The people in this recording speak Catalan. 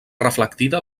reflectida